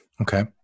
Okay